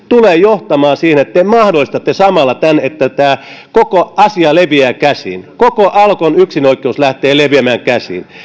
tulee johtamaan siihen että te mahdollistatte samalla sen että tämä koko asia leviää käsiin koko alkon yksinoikeus lähtee leviämään käsiin